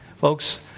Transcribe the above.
Folks